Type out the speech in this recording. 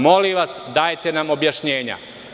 Molim vas dajte nam objašnjenja.